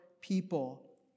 people